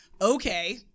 Okay